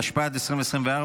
התשפ"ד 2024,